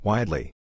Widely